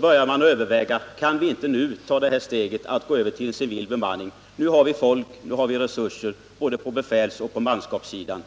började man överväga om man inte kunde ta steget att gå över till civil bemanning på dessa civila fartyg. Nu har vi folk och nu har vi resurser på både befälsoch manskapssidan.